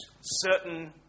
certain